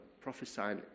prophesying